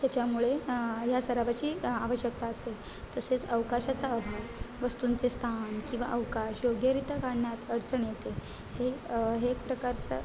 त्याच्यामुळे या सरावाची आवश्यकता असते तसेच अवकाशाचा अभाव वस्तूंचे स्थान किंवा अवकाश योग्यरीत्या काढण्यात अडचण येते ही ही एक प्रकारचं